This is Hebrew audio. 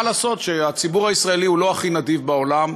מה לעשות שהציבור הישראלי הוא לא הכי נדיב בעולם,